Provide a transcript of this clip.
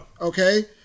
Okay